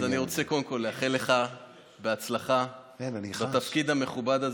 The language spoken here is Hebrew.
אז אני רוצה קודם כול לאחל לך בהצלחה בתפקיד המכובד הזה.